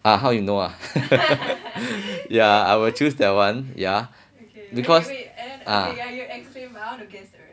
ah how you know ah ya I will choose that one yeah because ah